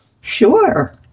Sure